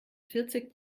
vierzig